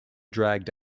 dragged